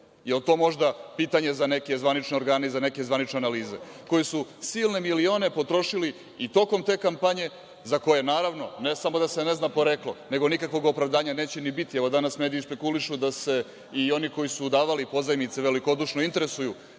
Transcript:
li je to možda pitanje za neke zvanične organe i za neke zvanične analize koji su silne milione potrošili i tokom te kampanje, za koje naravno ne samo da se ne zna poreklo, nego nikakvog opravdanja neće ni biti. Danas mediji špekulišu da se i oni koji su davali pozajmice velikodušno interesuju